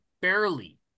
barely